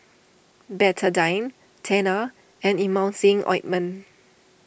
Betadine Tena and Emulsying Ointment